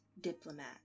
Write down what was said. diplomat